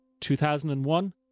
2001